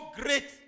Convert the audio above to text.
great